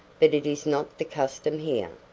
but it is not the custom here,